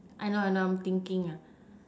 I know I know I'm thinking ah